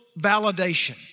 validation